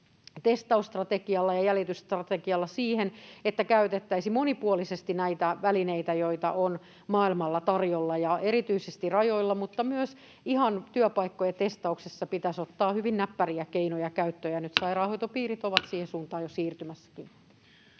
testausstrategialla ja jäljitysstrategialla, siihen, että käytettäisiin monipuolisesti näitä välineitä, joita on maailmalla tarjolla. Erityisesti rajoilla mutta myös ihan työpaikkojen testauksessa pitäisi ottaa hyvin näppäriä keinoja käyttöön, ja nyt sairaanhoitopiirit ovat siihen suuntaan jo siirtymässäkin.